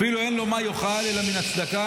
אפילו אין לו מה יאכל אלא מן הצדקה,